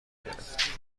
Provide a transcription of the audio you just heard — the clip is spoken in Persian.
گرفت